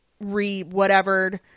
re-whatevered